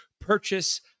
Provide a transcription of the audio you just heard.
purchase